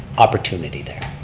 opportunity there.